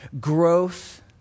Growth